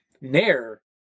Nair